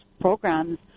programs